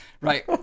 right